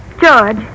George